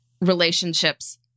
relationships